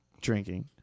drinking